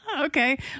Okay